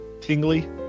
tingly